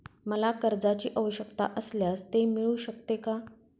मला कर्जांची आवश्यकता असल्यास ते मिळू शकते का?